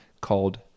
called